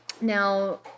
Now